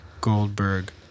Goldberg